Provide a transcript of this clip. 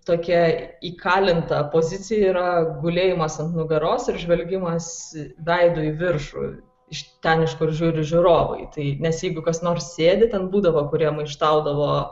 tokia įkalinta pozicija yra gulėjimas ant nugaros ir žvelgimas veidu į viršų iš ten iš kur žiūri žiūrovai tai nes jeigu kas nors sėdi ten būdavo kurie maištaudavo